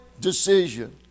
decision